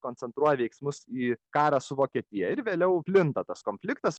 koncentruoja veiksmus į karą su vokietija ir vėliau plinta tas konfliktas